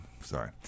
sorry